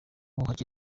hari